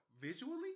Visually